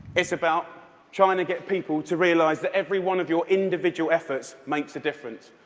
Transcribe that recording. it's about trying to get people to realize that every one of your individual efforts makes a difference.